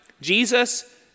Jesus